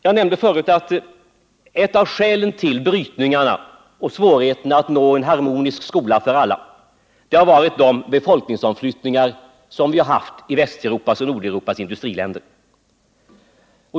Jag nämnde förut att ett av skälen till brytningarna och svårigheter att åstadkomma en harmonisk skola för alla har varit de befolkningsomflyttningar som vi har haft i Västeuropas och Nordeuropas industriländer.